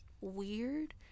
weird